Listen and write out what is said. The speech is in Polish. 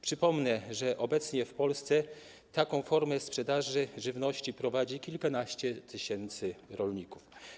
Przypomnę, że obecnie w Polsce taką formę sprzedaży żywności prowadzi kilkanaście tysięcy rolników.